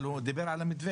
אבל הוא דיבר על המתווה.